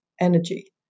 energy